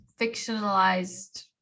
fictionalized